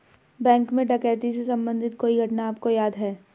Bank में डकैती से संबंधित कोई घटना आपको याद है?